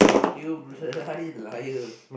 you bloody liar